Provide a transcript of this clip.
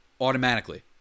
automatically